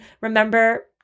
Remember